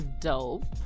dope